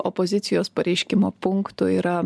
opozicijos pareiškimo punktų yra